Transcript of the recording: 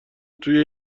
توی